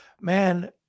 Man